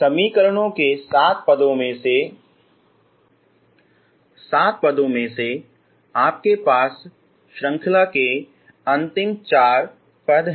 समीकरणों के सात पदों में से आपके पास श्रृंखला के अंतिम चार पद हैं